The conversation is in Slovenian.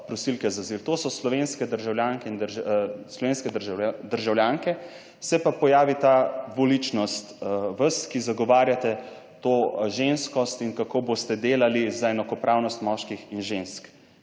to so slovenske državljanke se pa pojavi ta dvoličnost vas, ki zagovarjate to ženskost in kako boste delali za enakopravnost moških in žensk